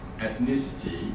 ethnicity